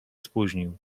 spóźnił